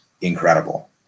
incredible